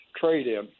trade-in